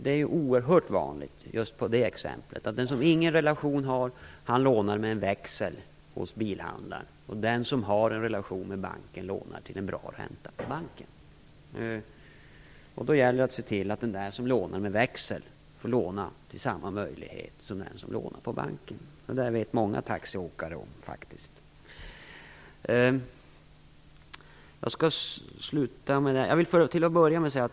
I just det exemplet är det oerhört vanligt att den som ingen relation har lånar med en växel hos bilhandlaren, medan den som har en relation med en bank lånar till en bra ränta på banken. Då gäller det att se till att den som lånar med en växel får samma möjlighet till lån som den som lånar på banken. Detta känner faktiskt många taxiförare till.